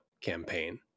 campaign